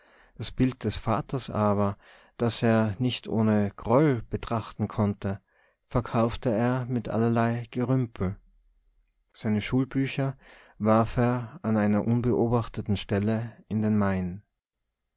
das bild des vaters aber das er nicht ohne groll betrachten konnte verkaufte er mit allerlei gerümpel seine schulbücher warf er an einer unbeobachteten stelle in den main